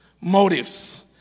motives